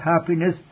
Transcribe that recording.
happiness